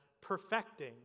perfecting